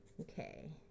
Okay